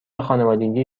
خانوادگی